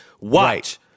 watch